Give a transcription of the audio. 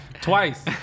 twice